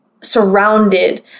surrounded